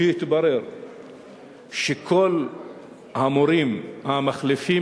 והתברר שכל המורים המחליפים,